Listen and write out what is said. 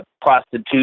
prostitution